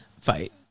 fight